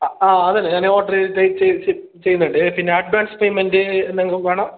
അ ആ അത് തന്നെ ഞാൻ ഓർഡറ് ചെയ്യുന്നുണ്ട് പിന്നെ അഡ്വാൻസ് പേയ്മെൻറ്റ് എന്തെങ്കിലും വേണോ